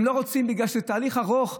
הם לא רוצים בגלל שזה תהליך ארוך?